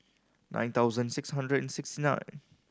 nine thousand six hundred and sixty nine